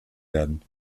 werden